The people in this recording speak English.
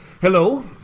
Hello